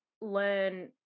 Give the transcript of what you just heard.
learn